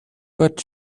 but